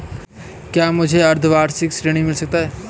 क्या मुझे अर्धवार्षिक ऋण मिल सकता है?